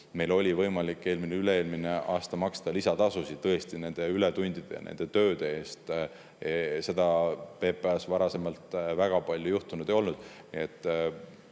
meil võimalik eelmine ja üle-eelmine aasta maksta lisatasusid ületundide ja nende töö eest. Seda PPA-s varasemalt väga palju juhtunud ei olnud.